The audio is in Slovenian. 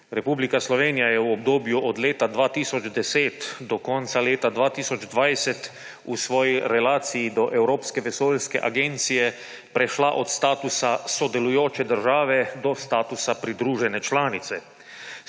Republika Slovenija je v obdobju od leta 2010 do konca leta 2020 v svoji relaciji do Evropske vesoljske agencije prešla od statusa sodelujoče države do statusa pridružene članice.